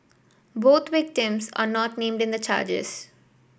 both victims are not named in the charges